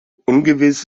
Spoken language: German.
ungewiss